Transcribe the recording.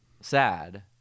sad